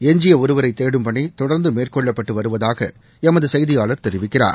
எஞ்சியஒருவரைதேடும் பணிதொடர்ந்துமேற்கொள்ளப்பட்டுவருவதாகஎமதுசெய்தியாளர் தெரிவிக்கிறார்